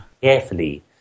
carefully